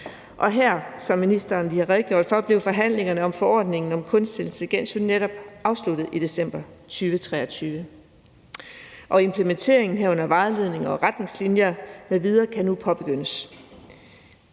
blev, som ministeren lige redegjorde for, forhandlingerne om forordningen om kunstig intelligens netop afsluttet i december 2023, og implementeringen, herunder vejledning og retningslinjer m.v., kan nu påbegyndes.